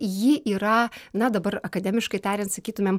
ji yra na dabar akademiškai tariant sakytumėm